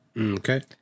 Okay